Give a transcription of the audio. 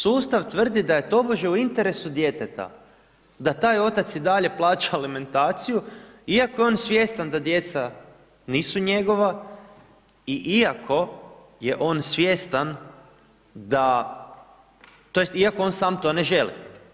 Sustav tvrdi da je tobože u interesu djeteta da taj otac i dalje plaća alimentaciju iako je on svjestan da djeca nisu njegova i iako je on svjestan da, tj. iako on sam to ne želi.